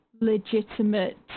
legitimate